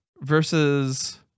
versus